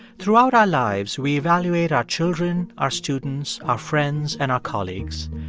throughout our lives, we evaluate our children, our students, our friends and our colleagues.